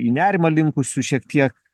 į nerimą linkusių šiek tiek